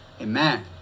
Amen